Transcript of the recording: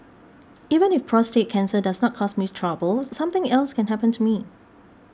even if prostate cancer does not cause me trouble something else can happen to me